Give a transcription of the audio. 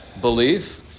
belief